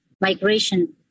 migration